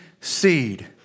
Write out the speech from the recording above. seed